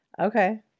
okay